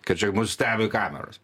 kad čia mus stebi kameros